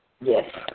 Yes